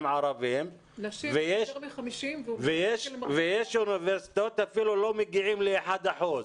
ערבים ויש אוניברסיטאות שאפילו לא מגיעים ל-1%.